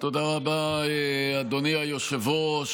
תודה רבה, אדוני היושב-ראש.